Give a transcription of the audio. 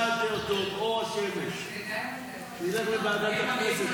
מה יותר טוב --- שילך לוועדת הכנסת,